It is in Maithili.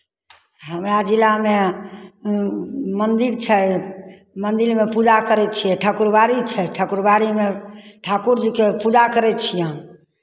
हमरा जिलामे मन्दिर छै मन्दिरमे पूजा करै छियै ठाकुरबाड़ी छै ठाकुरबाड़ीमे ठाकुरजीके पूजा करै छियनि